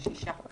בעד- 2, נגד- 6,